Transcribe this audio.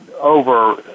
Over